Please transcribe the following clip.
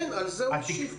כן, על זה הוא השיב.